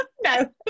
No